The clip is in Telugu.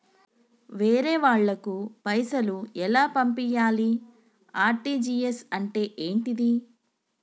వేరే వాళ్ళకు పైసలు ఎలా పంపియ్యాలి? ఆర్.టి.జి.ఎస్ అంటే ఏంటిది?